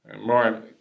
More